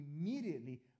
immediately